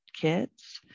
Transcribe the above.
kids